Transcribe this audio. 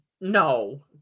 No